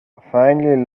finally